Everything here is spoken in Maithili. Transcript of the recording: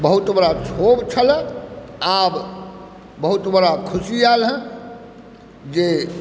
बहुत बड़ा क्षोभ छलऽ आब बहुत बड़ा ख़ुशी आयल हँ जे